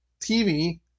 TV